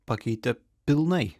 pakeitė pilnai